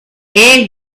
and